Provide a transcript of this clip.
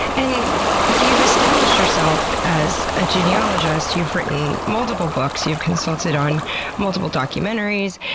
and you've established yourself as a genealogist you've written multiple books, you've consulted on multiple documentaries.